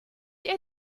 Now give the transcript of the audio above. ihr